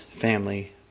family